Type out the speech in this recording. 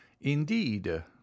Indeed